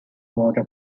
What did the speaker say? water